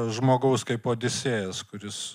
žmogaus kaip odisėjas kuris